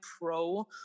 pro